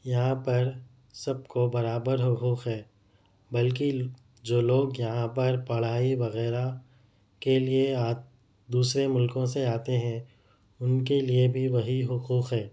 یہاں پر سب کو برابر حقوق ہے بلکہ جو لوگ یہاں پر پڑھائی وغیرہ کے لئے آت دوسرے ملکوں سے آتے ہیں ان کے لئے بھی وہی حقوق ہے